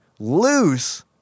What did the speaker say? loose